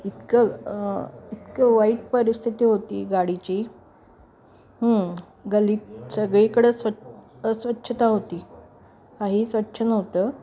इतकं इतकं वाईट परिस्थिती होती गाडीची गल्लीत सगळीकडं स्वच् अस्वच्छता होती काही स्वच्छ नव्हतं